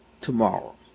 tomorrow